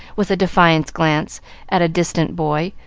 with a defiant glance at a distant boy,